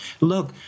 Look